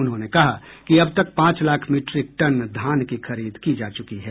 उन्होंने कहा कि अब तक पांच लाख मीट्रिक टन धान की खरीद की जा चुकी है